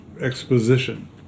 exposition